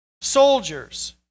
soldiers